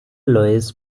louis